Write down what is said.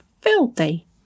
filthy